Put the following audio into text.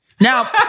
Now